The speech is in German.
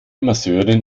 masseurin